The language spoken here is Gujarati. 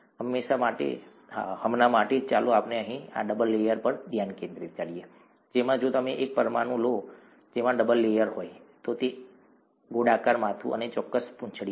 હમણાં માટે ચાલો આપણે અહીં આ ડબલ લેયર પર ધ્યાન કેન્દ્રિત કરીએ જેમાં જો તમે એક પરમાણુ લો જેમાં ડબલ લેયર હોય તો તેમાં આ ગોળાકાર માથું અને ચોક્કસ પૂંછડી છે